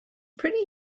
pretty